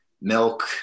milk